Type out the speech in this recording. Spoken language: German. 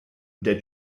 der